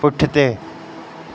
पुठिते